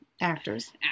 actors